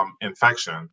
infection